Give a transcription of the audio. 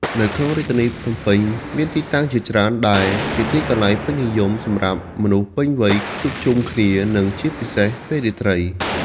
នៅក្នុងរាជធានីភ្នំពេញ មានទីតាំងជាច្រើនដែលជាទីកន្លែងពេញនិយមសម្រាប់មនុស្សពេញវ័យជួបជុំគ្នា និងជាពិសេសពេលរាត្រី។